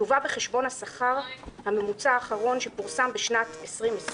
יובא בחשבון השכר הממוצע האחרון שפורסם בשנת 2020,